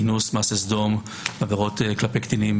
אינוס, מעשה סדום, עבירות כלפי קטינים